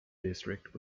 district